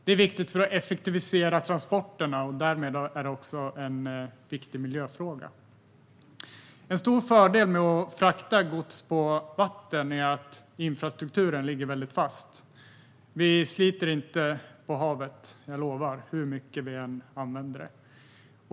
Det är viktigt för att effektivisera transporterna, och därmed är det också en viktig miljöfråga. En stor fördel med att frakta gods på vatten är att infrastrukturen ligger fast. Vi sliter inte på havet - jag lovar - hur mycket vi än använder det.